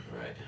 Right